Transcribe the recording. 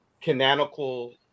canonical